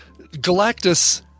Galactus